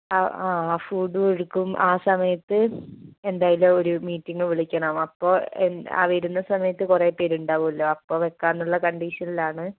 ആ ആ ആ ഫുഡ് കൊടുക്കും ആ സമയത്ത് എന്തായാലും ഒരു മീറ്റിംഗ് വിളിക്കണം അപ്പോൾ എന്ന് ആ വരുന്ന സമയത്ത് കുറെ പേരുണ്ടാവുമല്ലോ അപ്പം വിൽക്കാമെന്നുള്ള കണ്ടീഷനിലാണ്